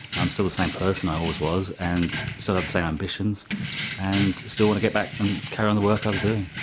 i'm still the same person i always was and still have the same ambitions and still want to get back and carry on the work i was doing.